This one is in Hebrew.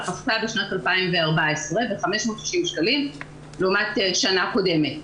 --- בשנת 2014 ב-560 שקלים לעומת שנה קודמת.